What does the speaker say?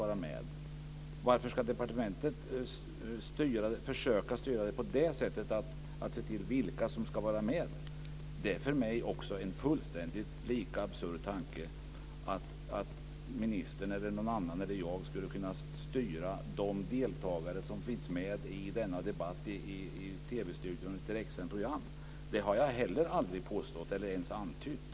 Varför ska departementet försöka styra genom att se till vilka som ska vara med? Det är för mig också en lika fullständigt absurd tanke att ministern, jag eller någon annan skulle kunna styra de deltagare som är med i denna direktsända debatt i TV-studion. Det har jag heller aldrig påstått eller ens antytt.